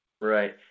Right